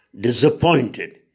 Disappointed